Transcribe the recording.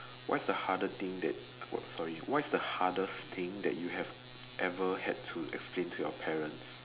what's the harder thing that oh sorry what's the hardest thing that you have ever had to explain to your parents